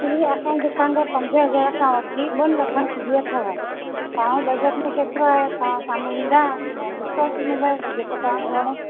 जी असांजे दुकान ते पंज हज़ार खां वठी ॿ लखनि जी अथव तव्हांजे बजट में केतिरो आहे तव्हां साम्हूं ईंदा ॾिसो अची मोबाइल जेको तव्हांखे वणे